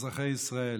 אזרחי ישראל,